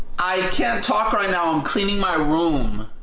i can't talk right now, i am cleaning my room.